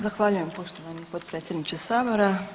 Zahvaljujem poštovani potpredsjedniče sabora.